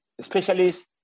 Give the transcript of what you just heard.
Specialists